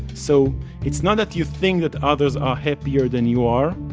so it's not that you think that others are happier than you are,